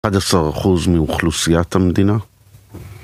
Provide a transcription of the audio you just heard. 11% מאוכלוסיית המדינה